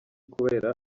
kubera